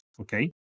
Okay